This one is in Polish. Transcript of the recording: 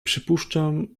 przypuszczam